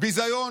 ביזיון.